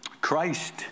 Christ